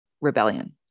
rebellion